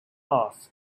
off